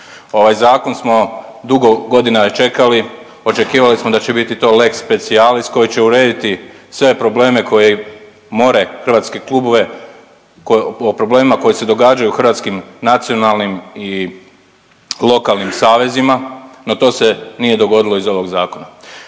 Ovaj zakon smo dugo godina čekali očekivali smo da će to biti lex specialis koji će urediti sve problem koje more hrvatske klubove o problemima koji se događaju u hrvatskim nacionalnim i lokalnim savezima, no to se nije dogodilo iz ovog zakona.